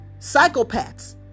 psychopaths